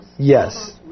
Yes